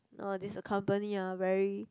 orh this company ah very